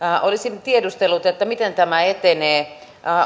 olisin tiedustellut miten tämä etenee